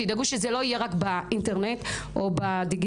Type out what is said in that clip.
תדאגו שזה לא יהיה רק באינטרנט או בדיגיטל,